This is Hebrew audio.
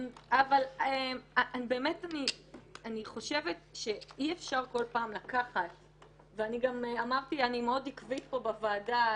אבל באמת אני חושבת ואני גם אמרתי אני מאוד עקבית פה בוועדה,